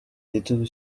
igitego